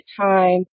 time